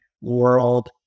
world